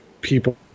people